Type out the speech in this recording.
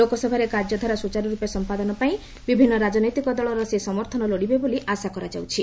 ଲୋକସଭାରେ କାର୍ଯ୍ୟଧାରା ସୁଚାରୁରୂପେ ସଂପାଦନା ପାଇଁ ବିଭିନ୍ନ ରାଜନୈତିକ ଦଳର ସେ ସମର୍ଥନ ଲୋଡ଼ିବେ ବୋଲି ଆଶା କରାଯାଉଛି